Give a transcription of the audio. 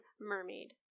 MERMAID